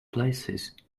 places